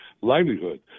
livelihood